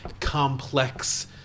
complex